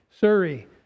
surrey